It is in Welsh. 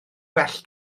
well